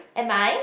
am I